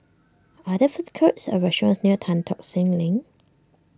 are there food courts or restaurants near Tan Tock Seng Link